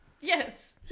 Yes